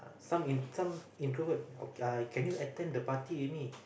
some in some introvert uh can you attend the party with me